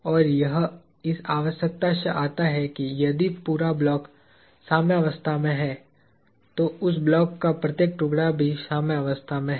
और यह इस आवश्यकता से आता है कि यदि पूरा ब्लॉक साम्यावस्था में है तो उस ब्लॉक का प्रत्येक टुकड़ा भी साम्यावस्था में है